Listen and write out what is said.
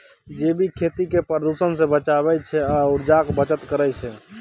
जैबिक खेती समाज केँ प्रदुषण सँ बचाबै छै आ उर्जाक बचत करय छै